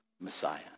Messiah